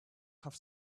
have